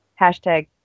hashtag